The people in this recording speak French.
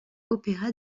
opéra